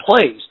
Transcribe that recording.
plays